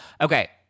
Okay